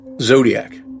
Zodiac